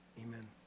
Amen